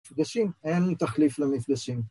‫מפגשים, אין תחליף למפגשים.